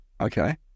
okay